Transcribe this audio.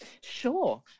Sure